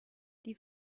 die